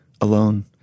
alone